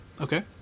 Okay